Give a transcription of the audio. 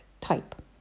type